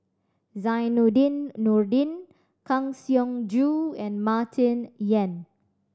Zainudin Nordin Kang Siong Joo and Martin Yan